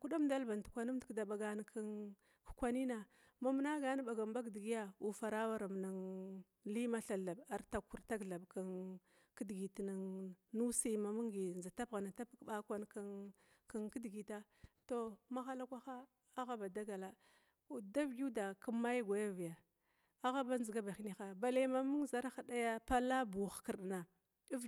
kudamdal bandkwan nimd yuda ɓagana mam nagana ɓagam ɓag digiya ufara awaram li mathal, artag kurtag thab nusi mandza tapighna tapig ke ɓakwan kidigita tou mahala kwaha agha ba dagal. Da viguda kim maya dagal da gwayavi agha ba ndzigan ba kincha balle ma mamung zarh palla, bou, inkir na ivgyaruna.